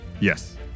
Yes